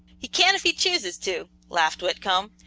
he can if he chooses to, laughed whitcomb,